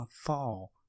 fall